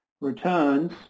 returns